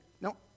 No